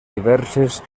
diverses